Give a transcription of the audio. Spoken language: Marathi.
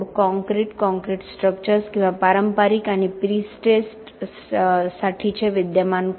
कॉंक्रिट कंक्रीट स्ट्रक्चर्स किंवा पारंपारिक आणि प्री स्ट्रेस्डसाठीचे विद्यमान कोड